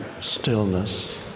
stillness